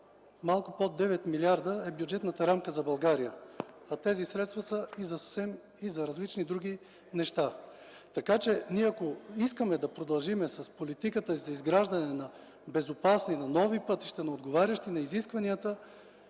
малко под 9 милиарда е бюджетната рамка за България, а тези средства са и за различни други неща. Ако искаме да продължим с политиката за изграждане на безопасни, нови пътища, отговарящи на изискванията,